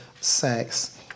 sex